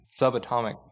subatomic